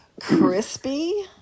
Crispy